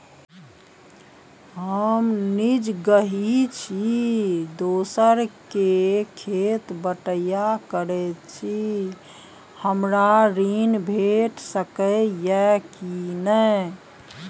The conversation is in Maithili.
हम निजगही छी, दोसर के खेत बटईया करैत छी, हमरा ऋण भेट सकै ये कि नय?